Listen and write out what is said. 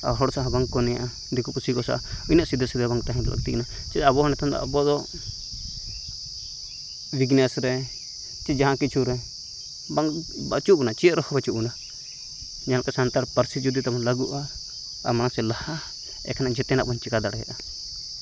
ᱟᱨ ᱦᱚᱲ ᱥᱟᱶ ᱦᱚᱸ ᱵᱟᱝᱠᱚ ᱱᱮᱭᱟᱜᱼᱟ ᱫᱤᱠᱩ ᱯᱩᱥᱤ ᱠᱚ ᱥᱟᱶ ᱩᱱᱟᱹᱜ ᱥᱤᱵᱤᱞ ᱥᱟᱹᱜᱟᱹᱭ ᱵᱟᱝ ᱞᱟᱹᱠᱛᱤ ᱵᱟᱝᱠᱟᱱᱟ ᱪᱮ ᱟᱵᱚ ᱦᱚᱸ ᱱᱤᱛᱚᱜ ᱟᱵᱚᱫᱚ ᱵᱤᱡᱽᱱᱮᱥᱨᱮ ᱪᱮ ᱡᱟᱦᱟᱸ ᱠᱤᱪᱷᱩᱨᱮ ᱵᱟᱝ ᱟᱪᱩᱭᱮᱫ ᱵᱚᱱᱟ ᱪᱮᱜ ᱨᱮᱦᱚᱸ ᱵᱟᱝ ᱟᱪᱩᱭᱮᱜ ᱵᱚᱱᱟ ᱧᱮᱞᱯᱮ ᱥᱟᱱᱛᱟᱲ ᱯᱟᱹᱨᱥᱤ ᱡᱩᱫᱤ ᱞᱟᱜᱩᱜᱼᱟ ᱟᱨ ᱢᱟᱲᱟᱝᱥᱮᱫ ᱞᱟᱦᱟᱜᱼᱟ ᱮᱠᱷᱮᱱ ᱡᱚᱛᱚᱱᱟᱜ ᱵᱚᱱ ᱪᱮᱠᱟ ᱫᱟᱲᱮᱭᱟᱜᱼᱟ